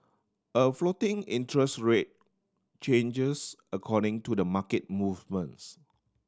a floating interest rate changes according to the market movements